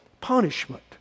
punishment